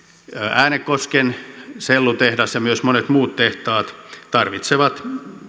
äänekosken sellutehdas ja myös monet muut tehtaat tarvitsevat